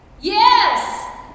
Yes